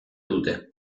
dute